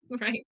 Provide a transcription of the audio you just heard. Right